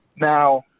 Now